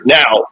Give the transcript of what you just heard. now